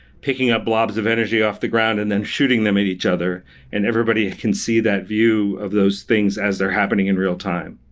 picking up blobs of energy off the ground and then shooting them at each other and everybody can see that view of those things as they're happening in real-time.